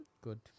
Good